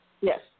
Yes